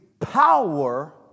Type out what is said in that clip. power